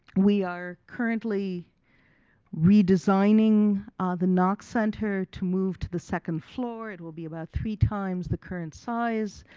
we are currently redesigning the knox center to move to the second floor. it will be about three times the current size.